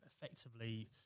effectively